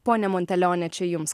ponia monteleone čia jums